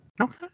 okay